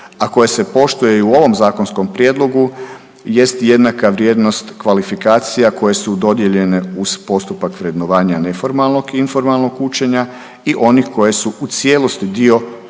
a koje se poštuje i u ovom zakonskom prijedlogu jest jednaka vrijednost kvalifikacija koje su dodijeljene uz postupak vrednovanja neformalnog informalnog učenja i onih koje su u cijelosti dio